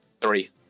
Three